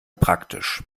praktisch